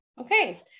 Okay